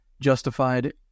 justified